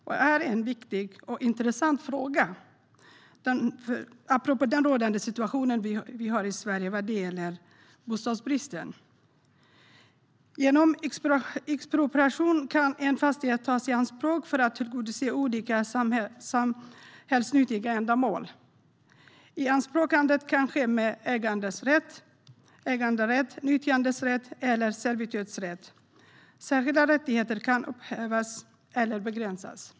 Det är en viktig och intressant fråga apropå den rådande situation vi har i Sverige vad gäller bostadsbristen. Genom expropriation kan en fastighet tas i anspråk för att tillgodose olika samhällsnyttiga ändamål. Ianspråktagandet kan ske med äganderätt, nyttjanderätt eller servitutsrätt. Särskilda rättigheter kan upphävas eller begränsas.